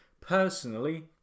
personally